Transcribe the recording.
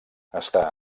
està